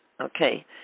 Okay